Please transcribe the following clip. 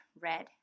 red